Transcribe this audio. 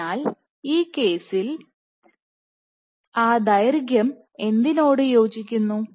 അതിനാൽ ആ കേസിൽ ഈ ദൈർഘ്യം എന്തിനോട് യോജിക്കുന്നു